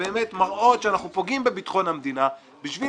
שבאמת מראות שאנחנו פוגעים בביטחון המדינה בשביל